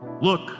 Look